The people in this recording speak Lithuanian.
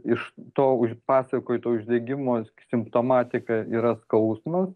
iš to už pasakoto uždegimo simptomatika yra skausmas